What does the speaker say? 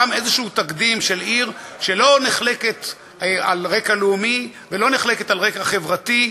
גם איזשהו תקדים של עיר שלא נחלקת על רקע לאומי ולא נחלקת על רקע חברתי,